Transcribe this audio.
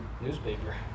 newspaper